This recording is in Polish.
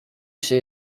się